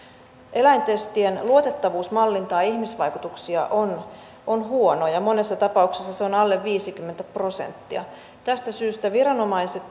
eläintestien luotettavuus mallintaa ihmisvaikutuksia on on huono ja monessa tapauksessa se on alle viisikymmentä prosenttia tästä syystä viranomaiset